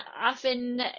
often